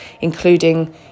including